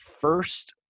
first